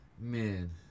man